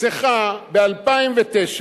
צריכה ב-2009,